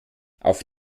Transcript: auf